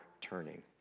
turning